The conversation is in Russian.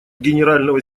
генерального